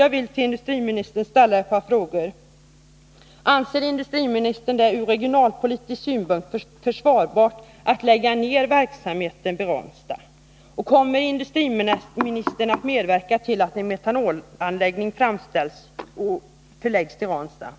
Jag vill till industriministern ställa ett par frågor: Anser industriministern det ur regionalpolitisk synpunkt försvarbart att lägga ner verksamheten vid Ranstad? Kommer industriministern att medverka till att en metanolanläggning förläggs till Ranstad?